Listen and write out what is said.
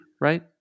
right